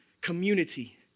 community